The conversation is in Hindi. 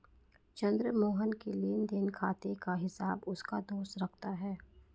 चंद्र मोहन के लेनदेन खाते का हिसाब उसका दोस्त रखता है